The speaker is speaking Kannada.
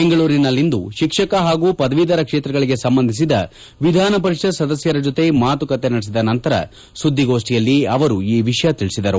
ಬೆಂಗಳೂರಿನಲ್ಲಿಂದು ಶಿಕ್ಷಕ ಹಾಗೂ ಪದವೀಧರ ಕ್ಷೇತ್ರಗಳಿಗೆ ಸಂಬಂಧಿಸಿದ ವಿಧಾನಪರಿಷತ್ ಸದಸ್ಯರ ಜೊತೆ ಮಾತುಕತೆ ನಡೆಸಿದ ನಂತರ ಸುದ್ದಿಗೋಷ್ಠಿಯಲ್ಲಿ ಅವರು ಈ ವಿಷಯ ತಿಳಿಸಿದರು